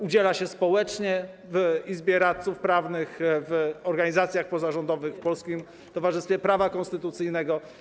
Udziela się społecznie w izbie radców prawnych, w organizacjach pozarządowych, w Polskim Towarzystwie Prawa Konstytucyjnego.